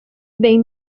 they